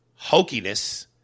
hokiness